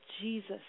Jesus